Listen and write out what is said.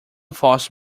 false